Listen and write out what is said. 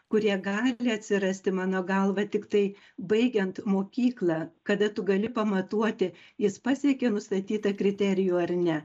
kurie gali atsirasti mano galva tiktai baigiant mokyklą kada tu gali pamatuoti jis pasiekė nustatytą kriterijų ar ne